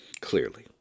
Clearly